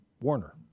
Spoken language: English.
Warner